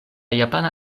japana